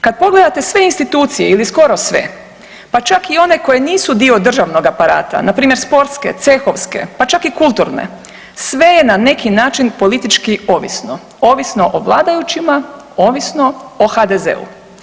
Kad pogledate sve institucije ili skoro sve, pa čak i one koje nisu dio državnog aparata npr. sportske, cehovske, pa čak i kulturne, sve je na neki način politički ovisno, ovisno o vladajućima, ovisno o HDZ-u.